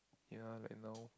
ya like now